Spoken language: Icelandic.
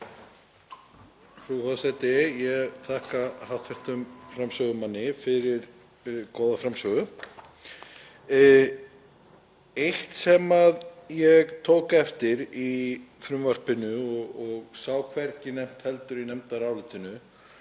Frú forseti. Ég þakka hv. framsögumanni fyrir góða framsögu. Eitt sem ég tók eftir í frumvarpinu og sá hvergi nefnt heldur í nefndarálitinu